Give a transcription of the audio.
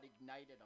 ignited